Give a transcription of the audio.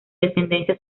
descendencia